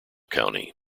county